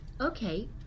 Okay